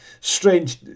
strange